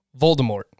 Voldemort